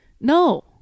No